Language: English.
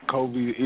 Kobe